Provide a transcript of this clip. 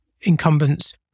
incumbents